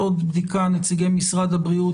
נציגי משרד הבריאות,